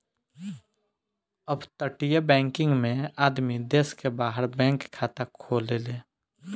अपतटीय बैकिंग में आदमी देश के बाहर बैंक खाता खोलेले